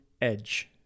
Edge